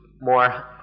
more